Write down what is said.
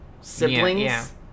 siblings